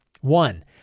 One